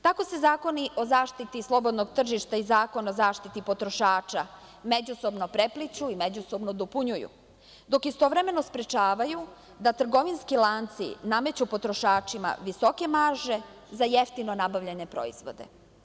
Tako se Zakoni o zaštiti slobodnog tržišta i Zakon o zaštiti potrošača međusobno prepliću i međusobno dopunjuju, dok istovremeno sprečavaju da trgovinski lanci nameću potrošačima visoke marže za jeftino nabavljene proizvode.